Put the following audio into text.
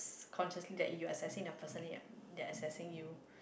consciously that you accessing a person then you are that accessing you